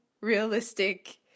realistic